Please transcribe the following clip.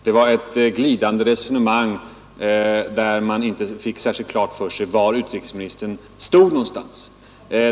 Det var ett glidande resonemang, av vilket man inte fick särskilt klart för sig var utrikesministern stod.